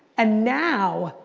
and now,